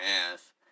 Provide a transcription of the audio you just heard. ass